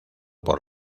por